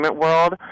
world